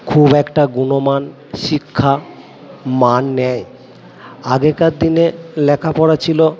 খুব একটা গুণমান শিক্ষা মান নেই আগেকার দিনে লেখাপড়া ছিলো